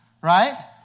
right